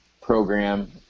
program